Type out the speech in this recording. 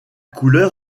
couleur